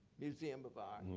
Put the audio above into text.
museum of art